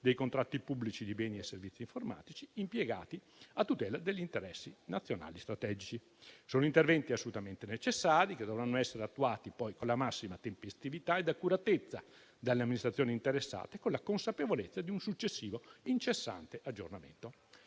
dei contratti pubblici di beni e servizi informatici impiegati a tutela degli interessi nazionali strategici. Sono interventi assolutamente necessari, che dovranno essere attuati con la massima tempestività ed accuratezza dalle amministrazioni interessate, con la consapevolezza di un successivo incessante aggiornamento.